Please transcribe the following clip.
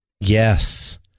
Yes